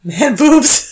Man-boobs